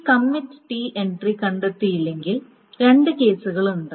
ഈ commit T entry കണ്ടെത്തിയില്ലെങ്കിൽ രണ്ട് കേസുകളുണ്ട്